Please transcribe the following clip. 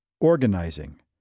organizing